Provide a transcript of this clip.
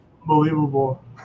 Unbelievable